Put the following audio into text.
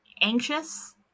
anxious